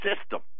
system